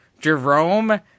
Jerome